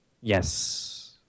Yes